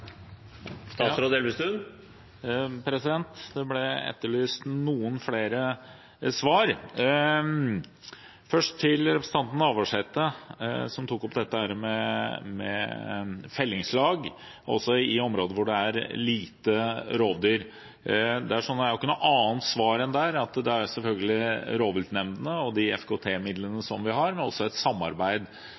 ble etterlyst noen flere svar. Først til representanten Navarsete, som tok opp dette med fellingslag også i områder hvor det er lite rovdyr. Jeg har ikke noe annet svar enn at det er selvfølgelig rovviltnemndene og FKT-midlene, altså i et samarbeid og kontakt med SNO og Miljødirektoratet, som ser på hvordan vi